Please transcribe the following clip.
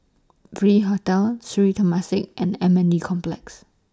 V Hotel Sri Temasek and M N D Complex